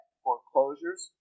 foreclosures